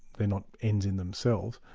they're not ends in themselves.